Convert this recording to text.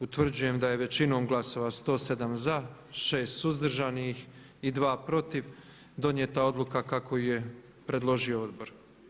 Utvrđujem da je većinom glasova 107 za, 6 suzdržanih i 2 protiv donijeta odluka kako ju je predložio odbor.